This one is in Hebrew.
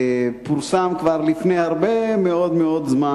פורסם כבר לפני הרבה מאוד מאוד זמן,